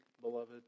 beloved